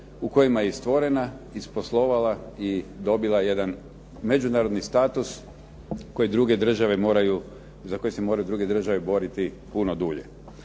u kojima je i stvorena, isposlovala i dobila jedan međunarodni status za koje se druge države moraju boriti puno dulje.